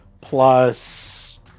plus